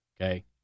Okay